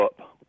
up